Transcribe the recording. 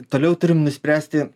toliau turim nuspręsti